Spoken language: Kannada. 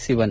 ಸಿವನ್